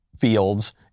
fields